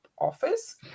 office